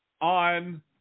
on